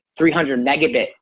300-megabit